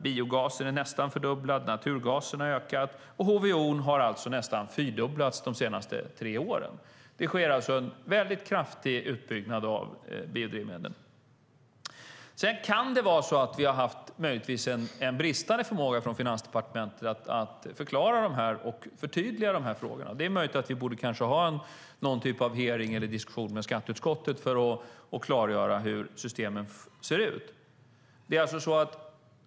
Biogasen är nästan fördubblad, naturgasen har ökat, och HVO har nästan fyrdubblats de senaste tre åren. Det sker alltså en mycket kraftig utbyggnad av biodrivmedlen. Vi kan möjligen på Finansdepartementet ha haft en bristande förmåga att förklara och förtydliga frågorna. Det är möjligt att vi borde ha någon typ av hearing eller diskussion med skatteutskottet för att klargöra hur systemen ser ut.